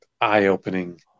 eye-opening